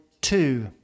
two